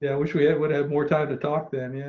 yeah wish we yeah would have more time to talk, then yeah,